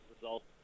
results